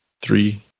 Three